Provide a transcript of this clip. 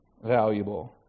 valuable